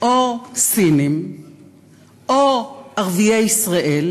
או סינים או ערביי ישראל,